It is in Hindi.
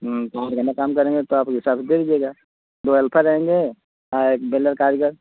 गंदा काम करेंगे तो ये सब भेज दीजिएगा दो हेल्पर रहेंगे और एक बिल्डर कारीगर